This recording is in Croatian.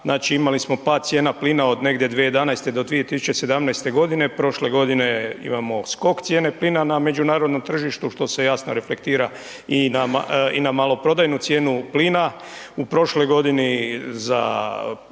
znači imali smo pad cijena plina od negdje 2011. do 2017. godine, prošle godine imamo skok cijene plina na međunarodnom tržištu što se jasno reflektira i na maloprodajnu cijenu plina. U prošloj godini za,